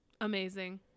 amazing